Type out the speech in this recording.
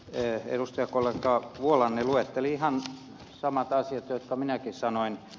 edustajakollega vuolanne luetteli ihan samat asiat jotka minäkin sanoin